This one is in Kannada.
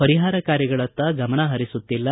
ಪರಿಹಾರ ಕಾರ್ಯಗಳತ್ತ ಗಮನ ಹರಿಸುತ್ತಿಲ್ಲ